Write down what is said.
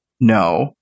No